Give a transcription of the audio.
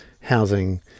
housing